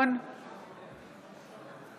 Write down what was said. בעד יוראי להב הרצנו, בעד מיקי